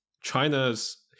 China's